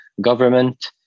government